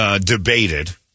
debated –